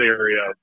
area